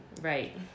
Right